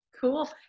Cool